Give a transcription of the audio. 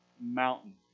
mountain